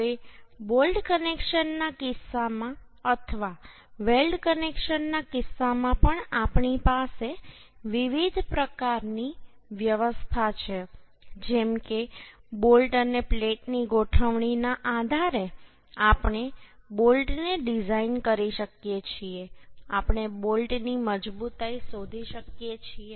હવે બોલ્ટ કનેક્શનના કિસ્સામાં અથવા વેલ્ડ કનેક્શનના કિસ્સામાં પણ આપણી પાસે વિવિધ પ્રકારની વ્યવસ્થા છે જેમ કે બોલ્ટ અને પ્લેટની ગોઠવણીના આધારે આપણે બોલ્ટને ડિઝાઇન કરી શકીએ છીએ આપણે બોલ્ટની મજબૂતાઈ શોધી શકીએ છીએ